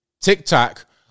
TikTok